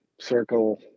circle